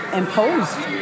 imposed